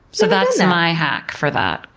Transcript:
so that's my hack for that,